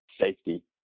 safety